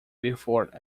before